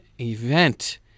event